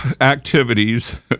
activities